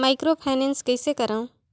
Microfinance कइसे करव?